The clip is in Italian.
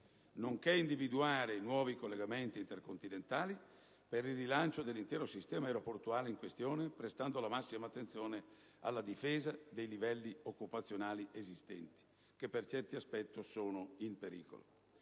nonché individuare nuovi collegamenti intercontinentali per il rilancio dell'intero sistema aeroportuale in questione, prestando la massima attenzione alla difesa dei livelli occupazionali esistenti, che per certi aspetti sono in pericolo.